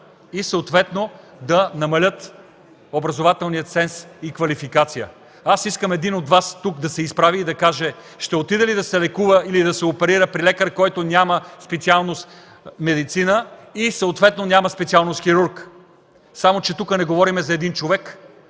и съответно да намалят образователния ценз и квалификация. Искам един от Вас да се изправи тук и да каже ще отиде ли да се лекува или оперира при лекар, който няма специалност „Медицина” и съответно специалност „Хирург”? Само че тук не говорим за един човек,